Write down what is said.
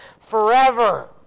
forever